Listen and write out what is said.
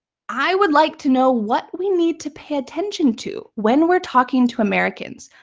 i would like to know what we need to pay attention to when we're talking to americans.